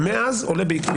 עולה מאז בעקביות.